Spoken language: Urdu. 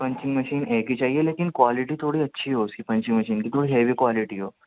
پنچنگ مشین ایک ہی چاہیے لیکن کوالٹی تھوڑی اچھی ہو اس کی پنچنگ مشین کی تھوڑی ہیوی کوالٹی ہو